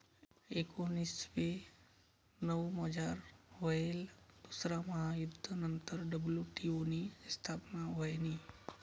एकोनीसशे नऊमझार व्हयेल दुसरा महायुध्द नंतर डब्ल्यू.टी.ओ नी स्थापना व्हयनी